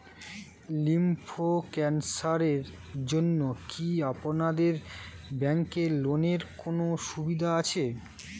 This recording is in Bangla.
লিম্ফ ক্যানসারের জন্য কি আপনাদের ব্যঙ্কে লোনের কোনও সুবিধা আছে?